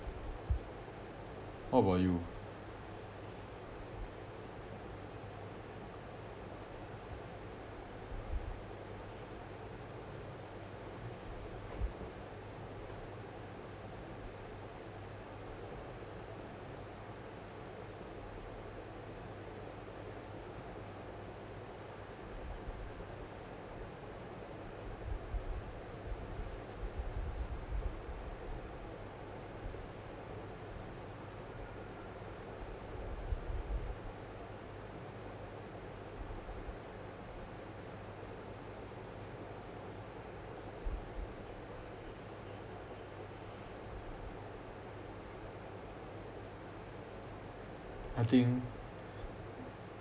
what about you I think